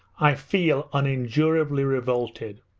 i feel unendurably revolted.